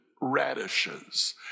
radishes